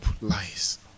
lies